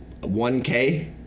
1k